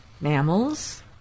Mammals